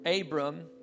Abram